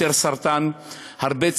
יותר סרטן,